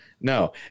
No